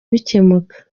bikemuka